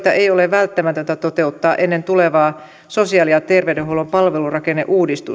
välttämätöntä toteuttaa ennen tulevaa sosiaali ja terveydenhuollon palvelurakenneuudistusta